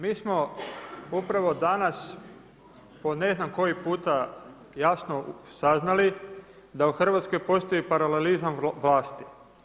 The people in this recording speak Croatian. Mi smo upravo danas, po ne znam koji puta jasno saznali, da u Hrvatskoj postoji paralelizam vlasti.